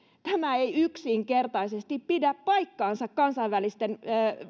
tämä ei yksinkertaisesti pidä paikkaansa kansainvälisten